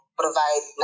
provide